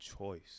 choice